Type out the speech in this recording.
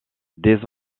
des